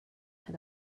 had